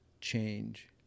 change